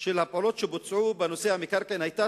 של הפעולות שבוצעו בנושא המקרקעין היתה